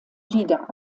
lieder